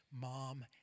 mom